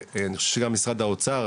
אני חושב שגם משרד האוצר,